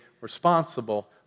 responsible